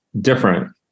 different